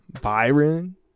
Byron